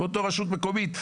ואותה רשות מקומית,